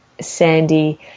Sandy